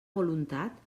voluntat